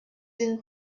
been